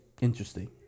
interesting